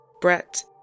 Brett